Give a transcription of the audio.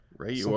Right